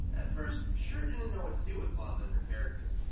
at first, schur didn't know what to do with plaza and her character.